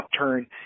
upturn